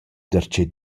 darcheu